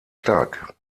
stark